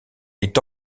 est